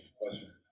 question